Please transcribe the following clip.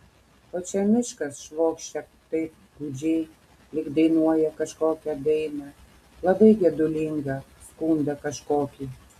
o čia miškas švokščia taip gūdžiai lyg dainuoja kažkokią dainą labai gedulingą skundą kažkokį